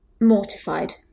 mortified